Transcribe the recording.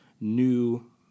new